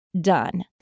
done